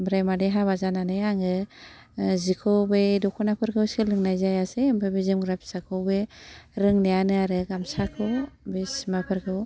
ओमफ्राय मादै हाबा जानानै आङो जिखौ बे दख'नाफोरखौ सोलोंनाय जायासै ओमफ्राय बे जोमग्रा फिसाखौ बे रोंनायानो आरो गामसाखौ बे सिमाफोरखौ